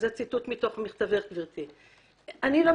שזה ציטוט ממכתבך גבירתי,